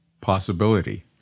possibility